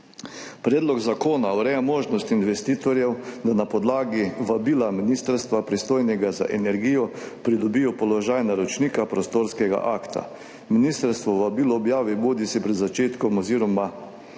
Predlog zakona ureja možnost investitorjev, da na podlagi vabila ministrstva, pristojnega za energijo, pridobijo položaj naročnika prostorskega akta. Ministrstvo vabilo objavi bodisi pred začetkom oziroma